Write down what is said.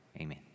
Amen